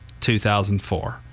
2004